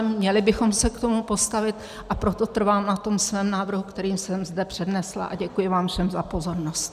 Měli bychom se k tomu postavit, a proto trvám na tom svém návrhu, který jsem zde přednesla, a děkuji vám všem za pozornost.